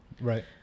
Right